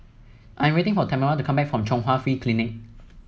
I 'm waiting for Tamera to come back from Chung Hwa Free Clinic